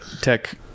tech